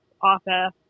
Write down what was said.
office